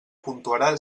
puntuarà